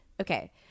Okay